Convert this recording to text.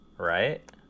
right